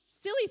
silly